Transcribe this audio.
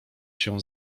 się